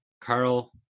Carl